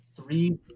Three